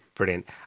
Brilliant